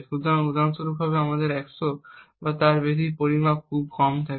সুতরাং উদাহরণস্বরূপ যদি আমাদের কাছে 100 বা তার বেশি পরিমাপ খুব কম থাকে